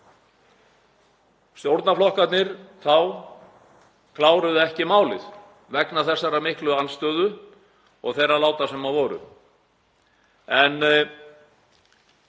Stjórnarflokkarnir þá kláruðu ekki málið vegna þessarar miklu andstöðu og þeirra láta sem voru.